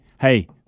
hey